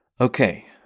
Okay